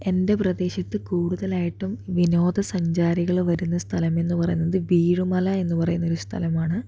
എൻ്റെ പ്രദേശത്ത് കൂടുതലായിട്ടും വിനോദ സഞ്ചാരികള് വരുന്ന സ്ഥലമെന്ന് പറയുന്നത് ഭീരുമല എന്ന് പറയുന്ന ഒരു സ്ഥലമാണ്